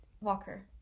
Walker